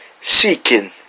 Seeking